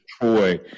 Troy